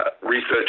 research